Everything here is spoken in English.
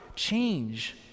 change